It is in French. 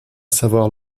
savoir